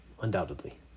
Undoubtedly